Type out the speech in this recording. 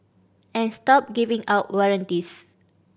and stop giving out warranties